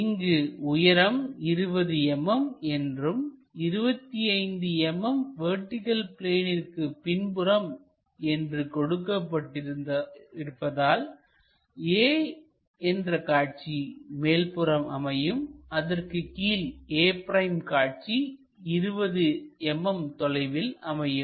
இங்கு உயரம் 20 mm என்றும் 25 mm வெர்டிகள் பிளேனிற்கு பின்புறம் என்று கொடுக்கப்பட்டிருப்பதால் a என்ற காட்சி மேல்புறம் அமையும் அதற்குக் கீழ் a' காட்சி 20 mm தொலைவில் அமையும்